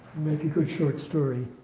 make a good short story.